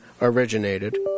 originated